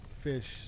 fish